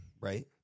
right